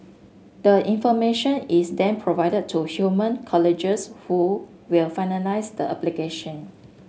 the information is then provided to human colleagues who will finalise the application